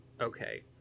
Okay